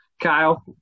Kyle